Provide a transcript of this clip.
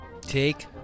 Take